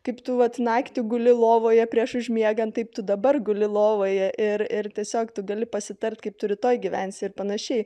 kaip tu vat naktį guli lovoje prieš užmiegant taip tu dabar guli lovoje ir ir tiesiog tu gali pasitart kaip tu rytoj gyvensi ir panašiai